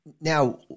Now